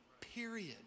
Period